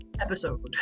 episode